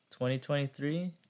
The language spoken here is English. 2023